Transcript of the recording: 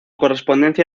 correspondencia